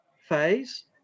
phase